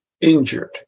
injured